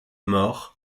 mort